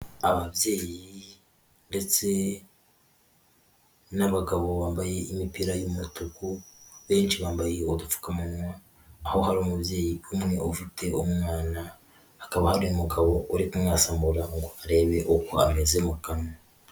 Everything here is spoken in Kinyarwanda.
Ababyeyi ndetse n'abagabo bambaye imipira y'umutuku, benshi bambaye udupfukamunwa aho hari umubyeyi umwe ufite umwana, hakaba hari ngabo uri kumwazamura ngo arebe uko ameze mu kanwa.